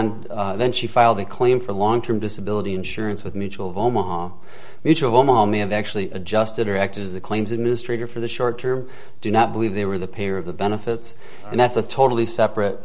and then she filed a claim for long term disability insurance with mutual of omaha mutual mommy have actually adjusted her act as the claims administrator for the short term do not believe they were the payer of the benefits and that's a totally separate